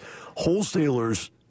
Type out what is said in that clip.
wholesalers